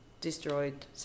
destroyed